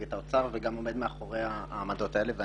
את האוצר וגם עומד מאחורי העמדות האלה.